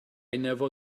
never